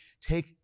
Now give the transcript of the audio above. take